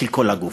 של כל הגוף,